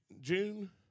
June